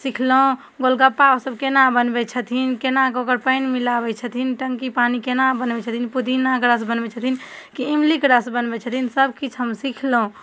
सिखलहुँ गोलगप्पासब कोना बनबै छथिन कोनाकऽ ओकर पानि मिलाबै छथिन टङ्की पानी कोना बनाबै छथिन पुदीनाके रस बनबै छथिन कि इमलीके रस बनबै छथिन सबकिछु हम सिखलहुँ